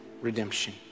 redemption